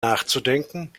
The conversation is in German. nachzudenken